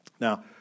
Now